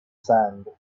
sand